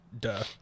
Duh